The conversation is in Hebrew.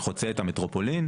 שהוא חוצה את המטרופולין,